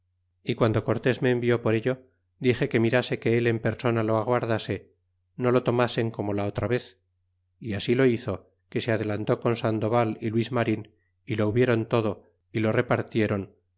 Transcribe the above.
y guando cortés me envió por ello dixe que mirase que el en persona lo aguardase no lo tomasen como la otra vez y así lo hizo que se adelantó con sandoval y luis marin y lo hubieron todo y lo repartieron